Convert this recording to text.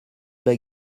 bas